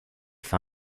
fin